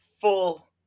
full